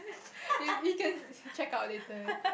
you can checkout later